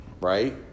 right